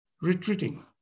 retreating